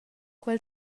quel